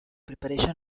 preparation